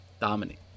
Dominic